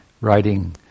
writing